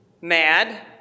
mad